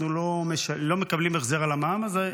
אנחנו לא מקבלים החזר על המע"מ הזה.